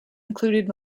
included